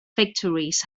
victories